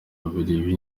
babiri